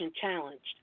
challenged